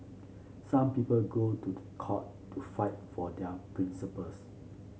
some people go to court to fight for their principles